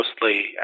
mostly